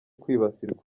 kwibasirwa